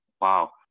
wow